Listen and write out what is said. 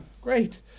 Great